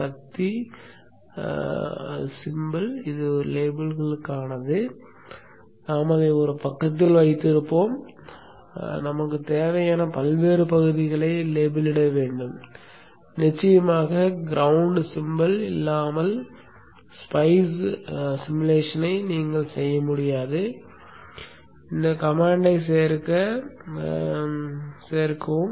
கட்டளையைச் சேர்க்க கட்டளையைச் சேர்க்கவும்